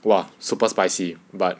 !wah! super spicy but